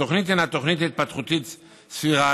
התוכנית הינה תוכנית התפתחותית ספירלית,